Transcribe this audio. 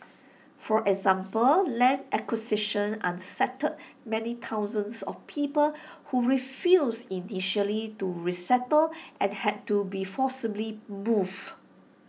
for example land acquisition unsettled many thousands of people who refused initially to resettle and had to be forcibly moved